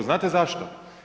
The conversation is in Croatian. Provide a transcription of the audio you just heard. Znate zašto?